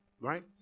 right